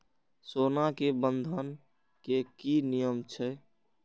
सोना के बंधन के कि नियम छै?